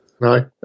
No